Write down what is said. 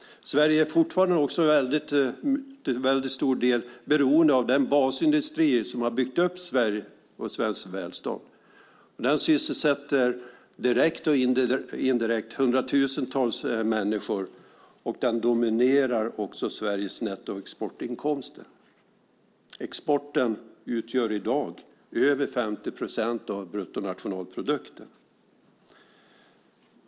Sverige är fortfarande också till stor del beroende av den basindustri som har byggt upp Sverige och svenskt välstånd. Den sysselsätter direkt och indirekt hundratusentals människor. Den dominerar också Sveriges nettoexportinkomster. Exporten utgör i dag över 50 procent av bruttonationalprodukten.